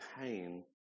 pain